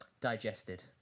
digested